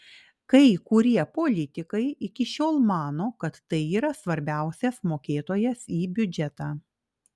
kai kurie politikai iki šiol mano kad tai yra svarbiausias mokėtojas į biudžetą